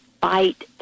fight